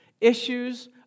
issues